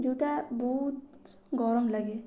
ଯେଉଁଟା ବହୁତ ଗରମ ଲାଗେ